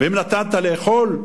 ואם נתת לאכול,